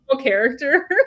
character